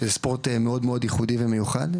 שזה ספורט מאוד ייחודי ומיוחד,